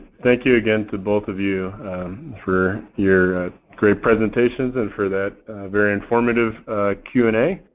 thank you again to both of you for your great presentations, and for that very informative q and a.